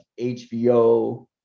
HBO